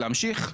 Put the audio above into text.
להמשיך?